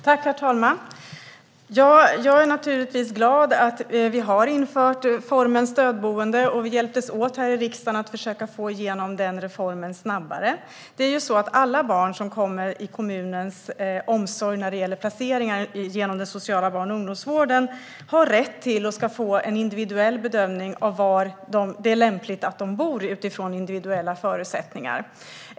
Herr talman! Jag är naturligtvis glad att vi har infört formen stödboende, och vi hjälptes åt här i riksdagen för att försöka få igenom den reformen snabbare. Alla barn som omfattas av kommunens omsorg när det gäller placering genom den sociala barn och ungdomsvården har rätt till en individuell bedömning av var det är lämpligt att de bor utifrån individuella förutsättningar.